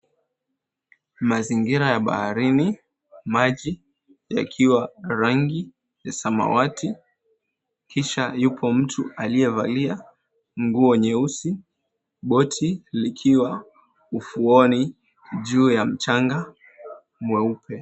Mazingira ya baharini, maji yakiwa rangi ya samawati kisha yuko mtu aliyevalia nguo nyeusi, boti likiwa ufuoni juu ya mchanga mweupe.